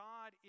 God